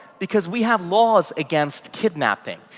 because we have laws against kidnapping,